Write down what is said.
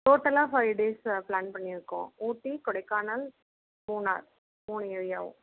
டோட்டலாக five days plan பண்ணியிருக்கோம் ஊட்டி கொடைக்கானல் மூணார் மூணு ஏரியாவும்